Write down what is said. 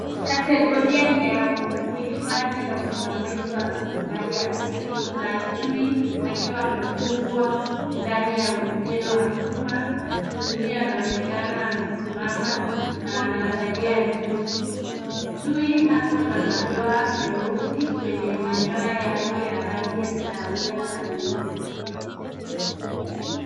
Kategoria ni ya uhifadhi na usimamizi wa raslimali ya asili. Kuna chui akiwa amefungwa ndani ya uzio wa chuma. Chui huyo anaonekana amesimama na anaangalia juu. Chui ako na madoa nyeusi kwenye manyoya yake ya rangi ya kahawia na nyeupe.